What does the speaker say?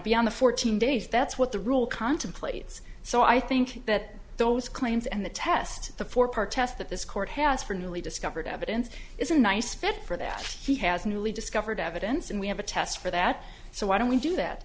beyond the fourteen days that's what the rule contemplates so i think that those claims and the test the forepart test that this court has for newly discovered evidence is a nice fit for that he has newly discovered evidence and we have a test for that so why don't we do that